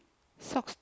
socks